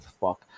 fuck